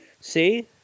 See